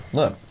Look